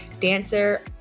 dancer